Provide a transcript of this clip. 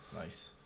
Nice